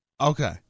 okay